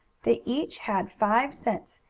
they each had five cents,